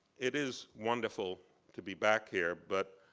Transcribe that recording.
it is wonderful to be back here, but